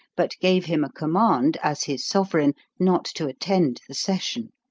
but gave him a command, as his sovereign, not to attend the session.